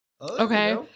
okay